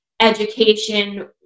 education